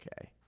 Okay